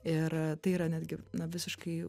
ir tai yra netgi visiškai